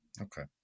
Okay